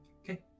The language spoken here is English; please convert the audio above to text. Okay